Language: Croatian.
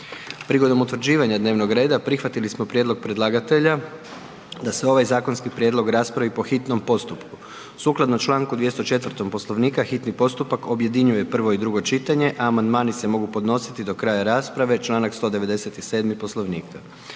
Prigodom utvrđivanja dnevnog reda prihvatili smo prijedlog predlagatelja da se ovaj zakonski prijedlog raspravi po hitnom postupku. Sukladno članku 204. Poslovnika hitni postupak objedinjuje prvo i drugo čitanje, a amandmani se mogu podnositi do kraja rasprave članak 197. Poslovnika.